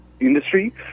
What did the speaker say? industry